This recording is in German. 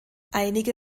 einige